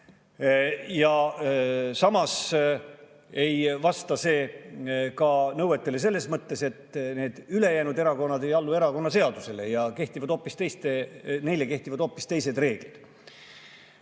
Samas ei vasta see ka nõuetele selles mõttes, et need [organisatsioonid] ei allu erakonnaseadusele ja neile kehtivad hoopis teised reeglid.